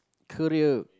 career